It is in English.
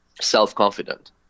self-confident